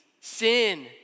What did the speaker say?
sin